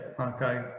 Okay